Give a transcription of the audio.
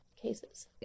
cases